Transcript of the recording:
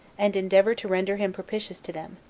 and endeavor to render him propitious to them,